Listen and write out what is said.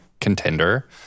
contender